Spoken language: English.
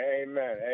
Amen